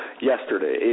Yesterday